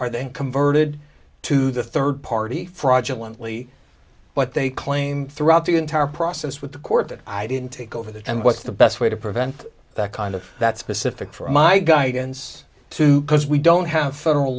are they converted to the third party fraudulent lee but they claim throughout the entire process with the court that i didn't take over that and what the best way to prevent that kind of that specific for my guidance to cause we don't have federal